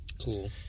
Cool